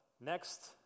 next